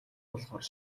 болохоор